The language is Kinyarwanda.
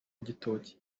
igitoki